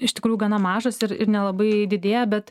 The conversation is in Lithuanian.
iš tikrųjų gana mažas ir ir nelabai didėja bet